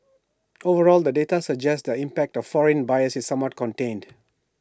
overall the data suggests that the impact of foreign buyers is somewhat contained